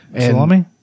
Salami